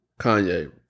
Kanye